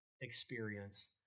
experience